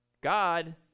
God